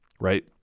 Right